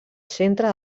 centre